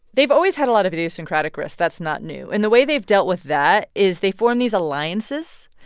they've always had a lot of idiosyncratic risk. that's not new. and the way they've dealt with that is they formed these alliances.